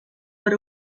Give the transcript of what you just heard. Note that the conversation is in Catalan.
per